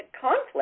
conflict